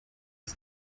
was